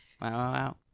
wow